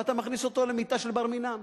ואתה מכניס אותו למיטה של בר-מינן.